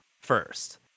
first